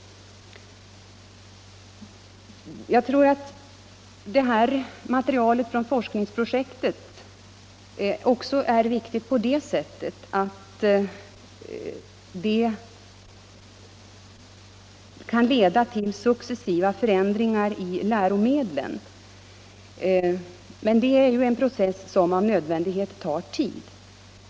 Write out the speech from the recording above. Jag tror att det här materialet från forskningsprojektet också är viktigt på det sättet att det kan leda till successiva förändringar i läromedlen. Det är emellertid en process som av nödvändighet tar tid.